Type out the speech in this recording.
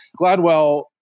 Gladwell